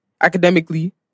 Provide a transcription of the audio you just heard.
academically